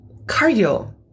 Cardio